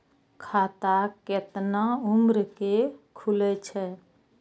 खाता केतना उम्र के खुले छै?